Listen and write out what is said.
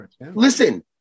Listen